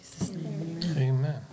Amen